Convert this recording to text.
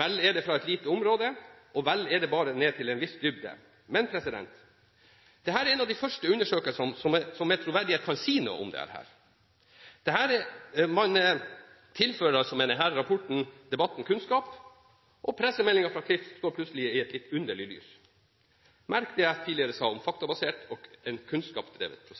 vel er det fra et lite område, og vel er det bare ned til en viss dybde, men dette er en av de første undersøkelsene som med troverdighet kan si noe om dette. Man tilfører med denne rapporten debatten kunnskap, og pressemeldingen fra Klif står plutselig i et litt underlig lys – merk det jeg tidligere sa om faktabasert og